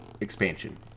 expansion